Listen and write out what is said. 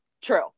True